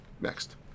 Next